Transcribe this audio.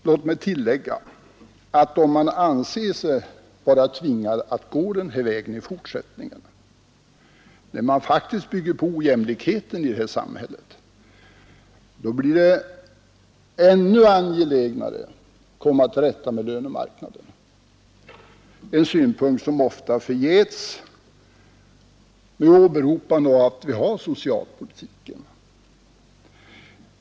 Låt mig tillägga att om man anser sig vara tvingad att gå denna väg i fortsättningen, där man faktiskt bygger på ojämlikheten i detta samhälle, blir det ännu angelägnare att komma till rätta med lönemarknaden, en synpunkt som ofta förgäts med åberopande av att vi har socialpolitiken.